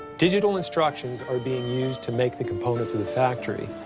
digital instructions are being used to make the components of the factory.